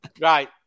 Right